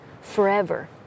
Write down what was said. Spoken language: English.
forever